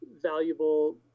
valuable